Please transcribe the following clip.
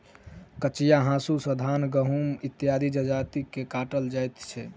कचिया हाँसू सॅ धान, गहुम इत्यादि जजति के काटल जाइत छै